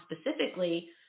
specifically